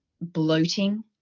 Bloating